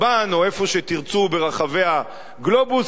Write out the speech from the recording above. או איפה שתרצו ברחבי הגלובוס,